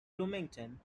bloomington